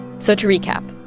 so to recap,